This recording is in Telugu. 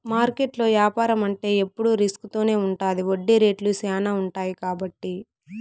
మార్కెట్లో యాపారం అంటే ఎప్పుడు రిస్క్ తోనే ఉంటది వడ్డీ రేట్లు శ్యానా ఉంటాయి కాబట్టి